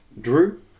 Drew